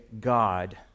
God